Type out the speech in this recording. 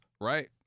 right